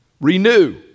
Renew